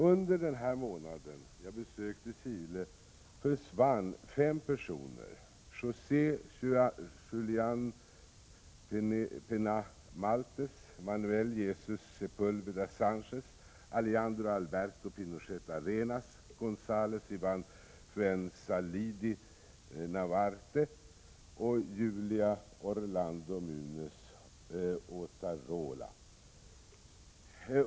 Under den månad jag besökte Chile försvann fem personer: José Julian Peria Maltes, Manuel Jesås Sepulveda Sanchez, Alejandro Alberto Pinochet Arenas, Gonzålo Ivån Fuenzalida Navarrete och Julio Orlando Mufiioz Otarola.